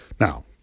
Now